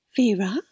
Vera